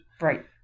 Right